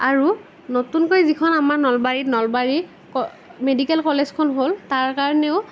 আৰু নতুনকৈ যিখন আমাৰ নলবাৰীত নলবাৰীৰ ক মেডিকেল কলেজখন হ'ল তাৰ কাৰণেও